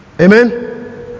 Amen